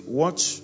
watch